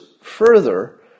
further